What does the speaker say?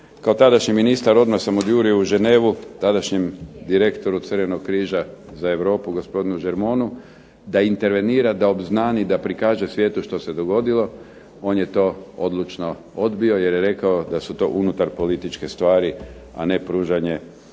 Kao tadašnji ministar odmah sam odjurio u Ženevu tadašnjem direktoru Crvenog križa za Europu, gospodinu Germonu, da intervenira, da obznani, da prikaže svijetu što se dogodilo. On je to odlučno odbio jer je rekao da su to unutarpolitičke stvari, a ne pružanje usluga